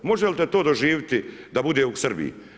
Možete li to doživjeti da bude u Srbiji?